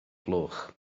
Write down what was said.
gloch